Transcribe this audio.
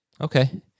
Okay